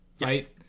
right